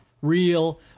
Real